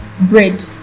bread